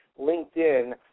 LinkedIn